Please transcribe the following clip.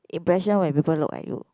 impression when people look at you